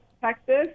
Texas